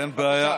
אין בעיה.